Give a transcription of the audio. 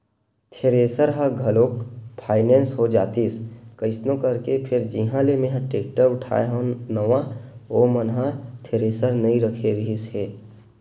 thresher ह घलोक finance हो जातिस कइसनो करके फेर जिहाँ ले मेंहा टेक्टर उठाय हव नवा ओ मन ह थेरेसर नइ रखे रिहिस हे